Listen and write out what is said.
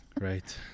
right